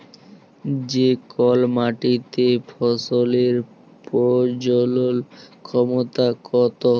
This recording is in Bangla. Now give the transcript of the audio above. যে কল মাটিতে ফসলের প্রজলল ক্ষমতা কত